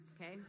okay